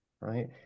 right